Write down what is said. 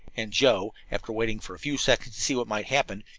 and joe, after waiting for a few seconds to see what might happen,